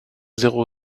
zéro